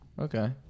Okay